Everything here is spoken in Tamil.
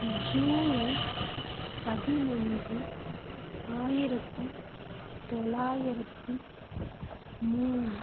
ஜுலை பதினஞ்சு ஆயிரத்தி தொள்ளாயிரத்தி மூணு